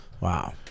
wow